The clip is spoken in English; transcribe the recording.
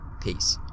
Peace